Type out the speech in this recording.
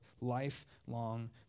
lifelong